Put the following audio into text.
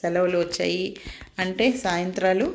సెలవులు వచ్చాయి అంటే సాయంత్రాలు